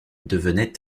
devenait